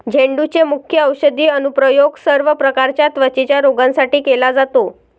झेंडूचे मुख्य औषधी अनुप्रयोग सर्व प्रकारच्या त्वचेच्या रोगांसाठी केला जातो